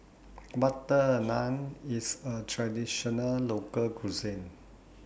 Butter Naan IS A Traditional Local Cuisine